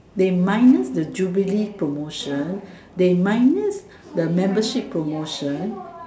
they minus the Jubilee promotion they minus the membership promotion